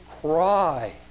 cry